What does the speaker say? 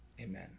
Amen